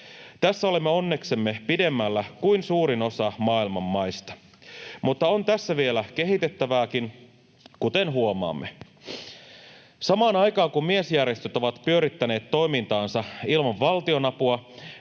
Tässä olemme onneksemme pidemmällä kuin suurin osa maailman maista. Mutta on tässä vielä kehitettävääkin, kuten huomaamme. Samaan aikaan, kun miesjärjestöt ovat pyörittäneet toimintaansa ilman valtionapua,